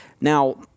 Now